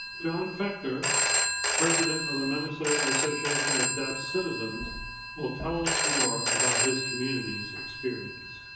john vector president of the minnesota association of deaf citizens will tell us more about his communities experience.